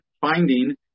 finding